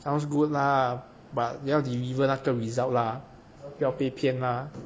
sounds good lah but 你要 deliver 那个 result lah 不要被骗啦